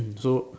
so